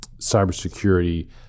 cybersecurity